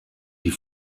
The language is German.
die